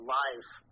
life